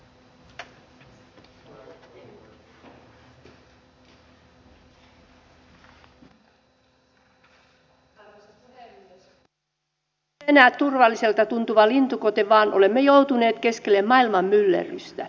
suomi ei ole enää turvalliselta tuntuva lintukoto vaan olemme joutuneet keskelle maailman myllerrystä